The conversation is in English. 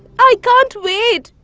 i can't wait.